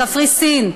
קפריסין,